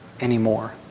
anymore